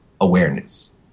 Awareness